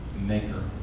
maker